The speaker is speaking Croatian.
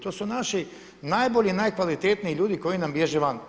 To su naši najbolji, najkvalitetniji ljudi koji nam bježe van.